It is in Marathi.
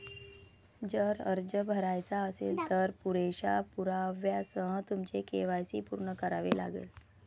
जर अर्ज भरायचा असेल, तर पुरेशा पुराव्यासह तुमचे के.वाय.सी पूर्ण करावे लागेल